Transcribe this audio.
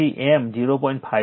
તેથી M 0